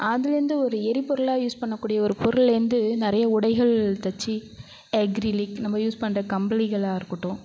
அதுலந்து ஒரு எரிபொருளாக யூஸ் பண்ணக்கூடிய ஒரு பொருள்லந்து நிறைய உடைகள் தச்சு அக்ரிலீக் நம்ம யூஸ் பண்ணுற கம்பளிகளாக இருக்கட்டும்